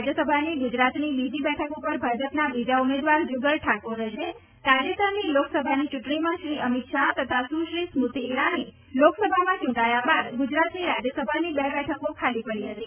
રાજ્યસભાની ગુજરાતની બીજી બેઠક પર ભાજપના બીજા ઉમેદવાર જુગલ ઠાકોર રહેશે તાજેતરની લોકસભાની ચૂંટણીમાં શ્રી અમીત શાહ તથા સુશ્રી સ્મૃતી ઇરાની લોકસભામાં ચૂંટાયા બાદ ગુજરાતની રાજ્યસભાની બે બેઠકો ખાલી પડી હતી